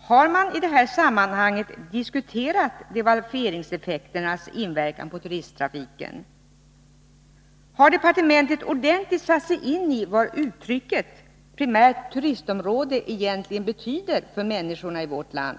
Har regeringen i det här sammanhanget diskuterat devalveringseffekternas inverkan på turisttrafiken? Har man på departementet ordentligt satt sig in i vad uttrycket primärt turistområde egentligen betyder för människorna i vårt land?